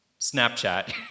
Snapchat